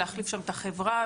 להחליף שם את החברה,